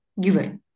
giver